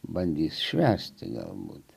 bandys švęsti galbūt